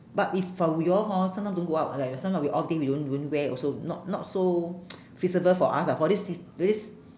but if for we all hor sometime don't go out leh we sometime we all think we won't won't wear also not not so feasible for us lah for this se~ this